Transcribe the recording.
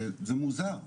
זה מוזר.